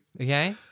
Okay